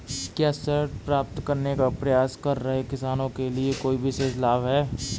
क्या ऋण प्राप्त करने का प्रयास कर रहे किसानों के लिए कोई विशेष लाभ हैं?